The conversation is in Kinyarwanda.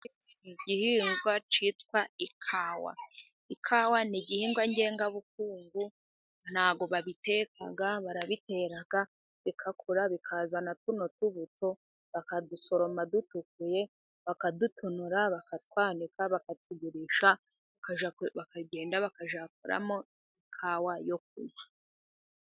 Igihingwa cyitwa ikawa, ikawa n'igihingwa ngengabukungu ntabwo babiteka barabitera bigakura bikazana tuno tubuto ,bakadusoroma dutukuye bakadutonora bakatwanika bakatugurisha ,bakagenda bakajya bakazakoramo ikawa yo kunywa.